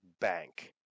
bank